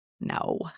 No